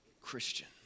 Christian